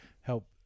help